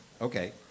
Okay